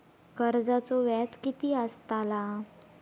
कर्जाचो व्याज कीती असताला?